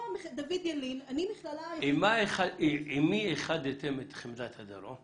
עם מי איחדתם את חמדת הדרום?